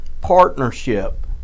partnership